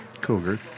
Cougar